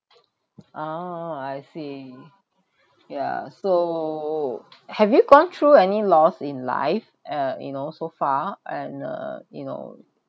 oh I see yeah so have you gone through any loss in life ugh you know so far and uh you know